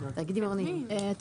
אגב, פעם אחת את מסכימה זה גם טוב.